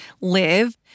live